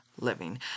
living